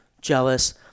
jealous